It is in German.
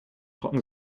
trocken